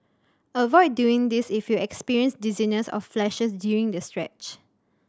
avoid doing this if you experience dizziness or flashes during the stretch